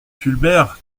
fulbert